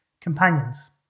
companions